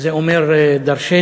וזה אומר דורשני,